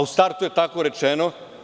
U startu je tako rečeno.